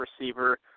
receiver